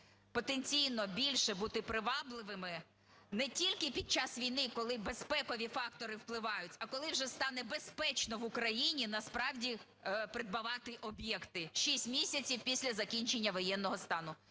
потенційно більше бути привабливими не тільки під час війни, коли безпекові фактори впливають, а коли вже стане безпечно в Україні насправді придбавати об'єкти. Шість місяців після закінчення воєнного стану.